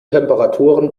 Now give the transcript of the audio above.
temperaturen